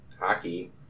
hockey